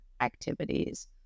activities